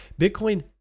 Bitcoin